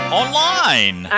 online